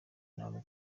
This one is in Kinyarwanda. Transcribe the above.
ntabwo